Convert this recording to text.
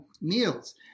meals